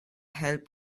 help